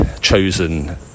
chosen